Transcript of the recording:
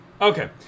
Okay